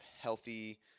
healthy